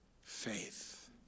faith